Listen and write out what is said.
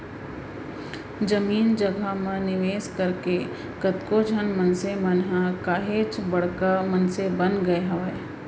जमीन जघा म निवेस करके कतको झन मनसे मन ह काहेच बड़का मनसे बन गय हावय